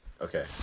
okay